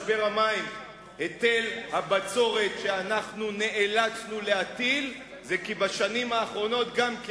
היטל הבצורת שנאלצנו להטיל זה כי בשנים האחרונות גם,